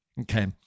Okay